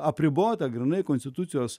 apribota grynai konstitucijos